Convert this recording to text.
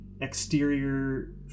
exterior